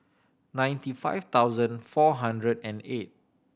ninety five thousand four hundred and eight